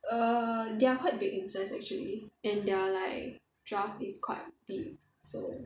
err they are quite big in size actually and they're like draft is quite deep so